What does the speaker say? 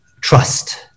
trust